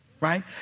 right